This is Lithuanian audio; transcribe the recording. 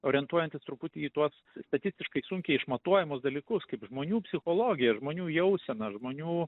orientuojantis truputį į tuos statistiškai sunkiai išmatuojamus dalykus kaip žmonių psichologija žmonių jausena žmonių